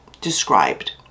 described